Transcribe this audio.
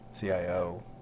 CIO